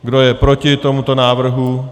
Kdo je proti tomuto návrhu?